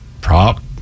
prop